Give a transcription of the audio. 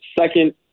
second